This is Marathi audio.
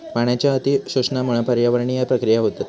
पाण्याच्या अती शोषणामुळा पर्यावरणीय प्रक्रिया होतत